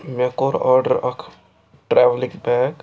مےٚ کوٚر آرڈر اکھ ٹرٛیولِنٛگ بیگ